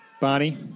Barney